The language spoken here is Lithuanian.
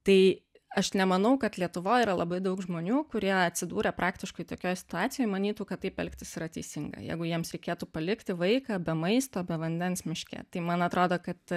tai aš nemanau kad lietuvoj yra labai daug žmonių kurie atsidūrę praktiškai tokioj situacijoj manytų kad taip elgtis yra teisinga jeigu jiems reikėtų palikti vaiką be maisto be vandens miške tai man atrodo kad